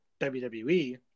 WWE